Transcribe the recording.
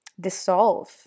dissolve